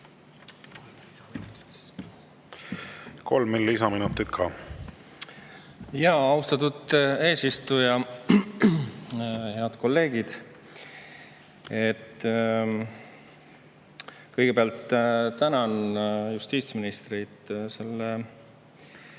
Kolm lisaminutit ka. Austatud eesistuja! Head kolleegid! Kõigepealt tänan justiitsministrit selle